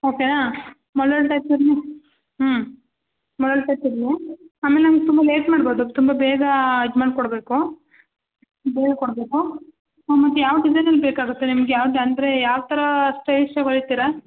ಓಕೆಯ model type ಇರಲಿ ಹ್ಞೂ model type ಇರಲಿ ಆಮೇಲೆ ನಂಗೆ ತುಂಬ ಲೇಟ್ ಮಾಡಬಾದ್ರು ತುಂಬ ಬೇಗ ಇದು ಮಾಡಿ ಕೊಡಬೇಕು ಬೇಗ ಕೊಡಬೇಕು ಆಮೇಲೆ ಯಾವ ಡಿಸೈನಲ್ಲಿ ನಿಮ್ಗೆ ಬೇಕಾಗುತ್ತೆ ನಿಮ್ಗೆ ಯಾವ್ದು ಅಂದ್ರೆ ಯಾವ ಥರ ಸ್ಟೈಲಿಶಾಗಿ ಹೊಲಿತೀರಾ